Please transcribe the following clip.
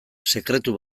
sekretu